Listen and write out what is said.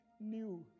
new